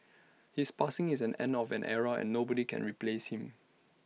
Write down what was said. his passing is an end of an era and nobody can replace him